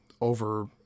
over